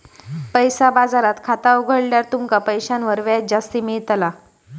पैसा बाजारात खाता उघडल्यार तुमका पैशांवर व्याज जास्ती मेळताला